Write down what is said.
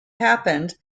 happened